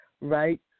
right